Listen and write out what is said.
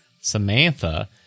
Samantha